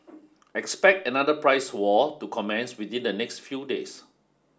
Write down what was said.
expect another price war to commence within the next few days